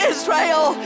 Israel